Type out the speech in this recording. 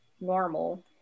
normal